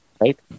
right